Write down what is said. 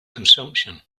consumption